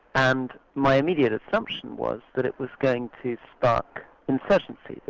and my immediate assumption was that it was going to spark insurgency,